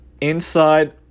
inside